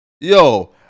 Yo